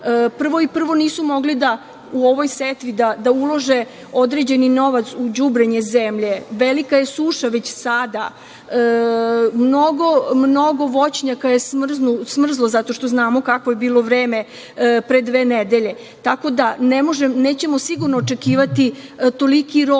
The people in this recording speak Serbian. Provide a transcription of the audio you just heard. i prvo, nisu mogli da u ovoj setvi da ulože određeni novac u đubrenje zemlje. Velika je suša već sada. Mnogo voćnjaka je smrzlo zato što znamo kakvo je bilo vreme pre dve nedelje, tako da nećemo sigurno očekivati toliki rod koji